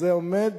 זה עומד